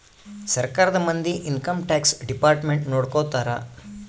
ಸರ್ಕಾರದ ಮಂದಿ income tax department ನೊಡ್ಕೋತರ